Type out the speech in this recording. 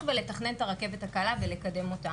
ולתכנן את הרכבת הקלה ולקדם אותה.